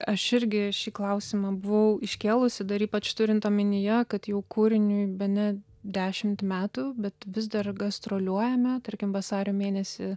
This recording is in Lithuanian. aš irgi šį klausimą buvau iškėlusi dar ypač turint omenyje kad jau kūriniui bene dešimt metų bet vis dar gastroliuojame tarkim vasario mėnesį